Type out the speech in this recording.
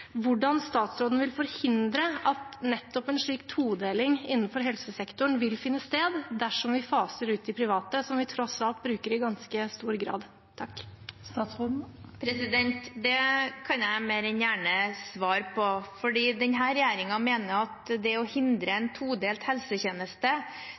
hvordan statsråden vil forhindre at nettopp en slik todeling innenfor helsesektoren vil finne sted dersom vi faser ut de private, som vi tross alt bruker i ganske stor grad. Det kan jeg mer enn gjerne svare på. Denne regjeringen mener at det å hindre